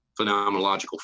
phenomenological